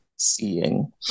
seeing